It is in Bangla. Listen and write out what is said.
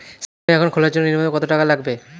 সেভিংস একাউন্ট খোলার জন্য নূন্যতম কত টাকা লাগবে?